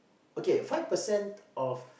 okay five percent of